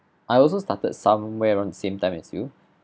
I also started somewhere around the same time as you